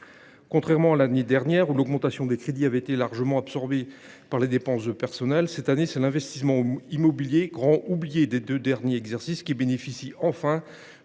Alors que, l’année dernière, l’augmentation des crédits avait été largement absorbée par les dépenses de personnel, c’est cette année l’investissement immobilier, grand oublié des deux derniers exercices, qui bénéficie, enfin,